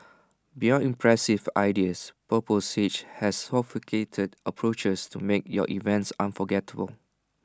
beyond impressive ideas purple sage has sophisticated approaches to make your events unforgettable